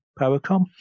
PowerCom